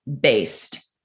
based